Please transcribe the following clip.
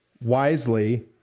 wisely